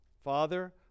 Father